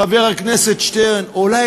חבר הכנסת שטרן, אולי